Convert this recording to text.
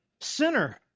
sinner